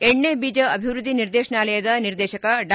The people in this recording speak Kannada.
ಎಣ್ಣೆ ಬೀಜ ಅಭಿವೃದ್ಧಿ ನಿರ್ದೇಶನಾಲಯದ ನಿರ್ದೇಶಕ ಡಾ